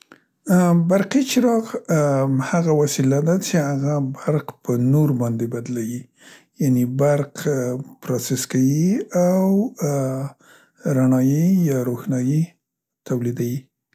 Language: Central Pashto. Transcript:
برقي چراغ هغه وسیله ده څې هغه برق په نور باندې بدلیی، یعنې برق پروسس کیي او رڼايي یا روښنايي تولیدیي.